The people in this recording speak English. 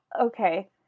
okay